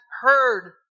heard